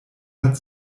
hat